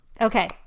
okay